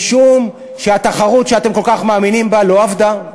משום שהתחרות שאתם כל כך מאמינים בה לא עבדה.